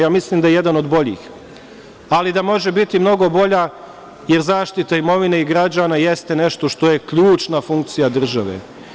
Ja mislim da je jedan od boljih, ali da može biti mnogo bolja, jer zaštita imovine i građana jeste nešto što je ključna funkcija države.